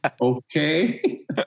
Okay